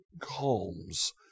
calms